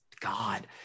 God